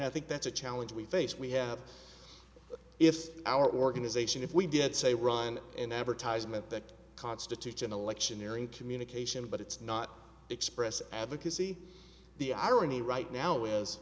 i think that's a challenge we face we have if our organization if we did say run an advertisement that constitutes an election nearing communication but it's not express advocacy the irony right now